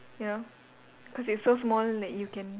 ya cause it's so small that you can